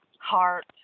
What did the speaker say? heart